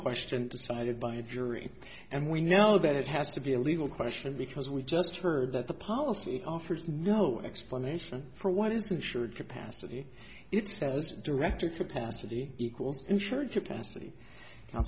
question decided by a jury and we know that it has to be a legal question because we just heard that the policy offers no explanation for what is insured capacity it says director capacity equals insured capa